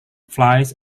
flies